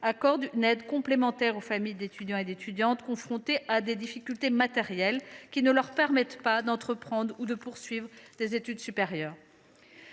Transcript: accorde une aide complémentaire aux familles d’étudiants confrontés à des difficultés matérielles qui ne leur permettent pas d’entreprendre ou de poursuivre des études supérieures.